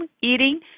eating